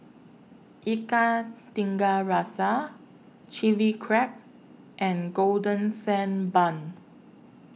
Ikan Tiga Rasa Chili Crab and Golden Sand Bun